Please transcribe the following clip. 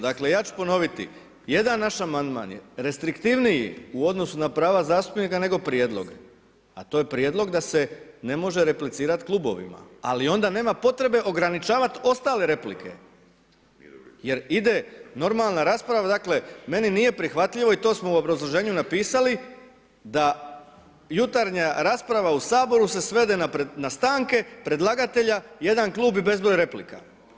Dakle, ja ću ponoviti, jedan naš amandman je restriktivniji u odnosu na prava zastupnika nego prijedlog a to je prijedlog da se ne može replicirati klubovima ali onda nema potrebe ograničavati ostale replike jer ide normalna rasprava, dakle meni nije prihvatljivo i to smo u obrazloženju napisali da jutarnja rasprava u Saboru se svede na stanke, predlagatelja, jedan klub i bezbroj replika.